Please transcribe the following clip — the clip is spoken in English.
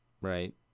right